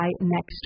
next